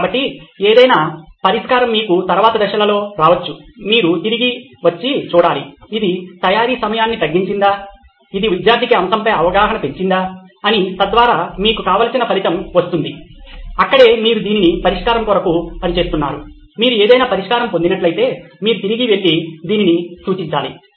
కాబట్టి ఏదైనా పరిష్కారం మీకు తరువాతి దశలలో రావచ్చు మీరు తిరిగి వచ్చి చూడాలి ఇది తయారీ సమయాన్ని తగ్గించిందా ఇది విద్యార్థికి అంశంపై అవగాహన పెంచిందా అని తద్వారా అది మీకు కావలసిన ఫలితం వస్తుంది అక్కడే మీరు దీనికి పరిష్కారం కొరకు పని చేస్తున్నారు మీరు ఏదైనా పరిష్కారం పొందినట్లైతే మీరు తిరిగి వెళ్లి దీనిని సూచించాలి